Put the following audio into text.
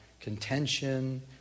contention